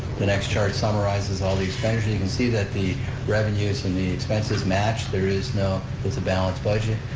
the next chart summarizes all the expenditures, you can see that the revenues and the expenses match. there is no, it's a balanced budget,